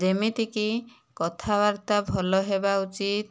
ଯେମିତି କି କଥାବାର୍ତ୍ତା ଭଲ ହେବା ଉଚିତ